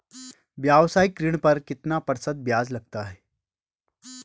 व्यावसायिक ऋण पर कितना प्रतिशत ब्याज लगता है?